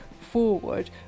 forward